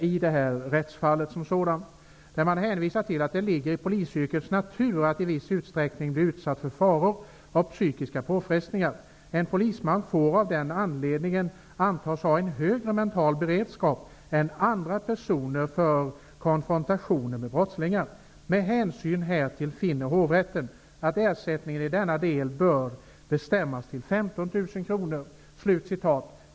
I domen hänvisar man till att det ligger i polisyrkets natur att i viss utsträckning bli utsatt för faror och psykiska påfrestningar. Hovrätten skriver: ''En polisman får av den anledningen antas ha en högre mental beredskap än andra personer för konfrontationer med brottslingar. Med hänsyn härtill finner hovrätten att ersättningen i denna del bör bestämmas till 15 000 kronor.''